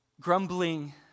Grumbling